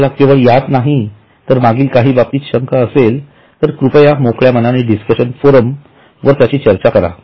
आपल्याला केवळ ह्याच नाही तर मागील काही बाबतीत शंका असेल तर कृपया मोकळ्या मनाने डिस्कशन फोरम वर त्याची चर्चा करा